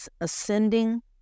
ascending